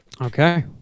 Okay